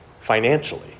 financially